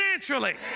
financially